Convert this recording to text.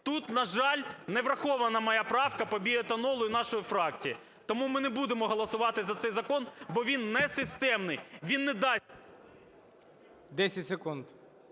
тут, на жаль, не врахована моя правка по біоетанолу і нашої фракції. Тому ми не будемо голосувати за цей закон, бо він не системний. Він не дасть… ГОЛОВУЮЧИЙ. 10 секунд.